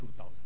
2,000